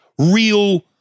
real